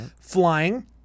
Flying